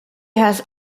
has